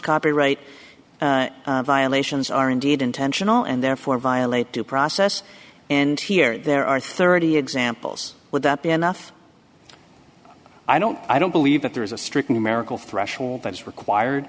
copyright violations are indeed intentional and therefore violate due process and here there are thirty examples would that be enough i don't i don't believe that there is a strict numerical threshold that's required